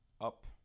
up